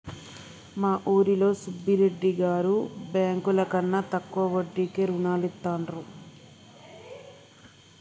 మా ఊరిలో సుబ్బిరెడ్డి గారు బ్యేంకుల కన్నా తక్కువ వడ్డీకే రుణాలనిత్తండ్రు